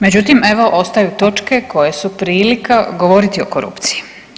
Međutim, evo ostaju točke koje su prilika govoriti o korupciji.